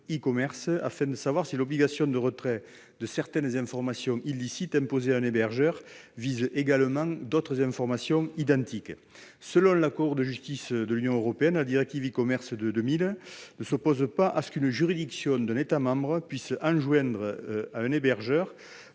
afin de savoir si l'obligation de retrait de certaines informations illicites imposée à un hébergeur vise également d'autres informations identiques. Selon la Cour de justice de l'Union européenne, la directive e-commerce du 8 juin 2000 ne s'oppose pas à ce qu'une juridiction d'un État membre puisse enjoindre à un hébergeur